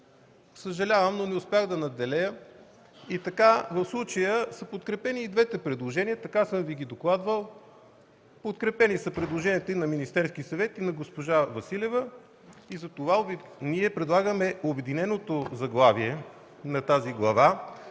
Съжалявам, но не успях да надделея и в случая са подкрепени и двете предложения. Така съм Ви ги докладвал. Подкрепени са предложенията и на Министерския съвет, и на госпожа Василева, затова ние предлагаме обединеното заглавие на тази глава,